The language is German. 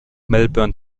melbourne